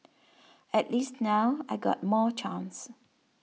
at least now I got more chance